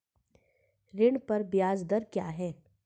ऋण पर ब्याज दर क्या है?